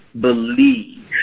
believe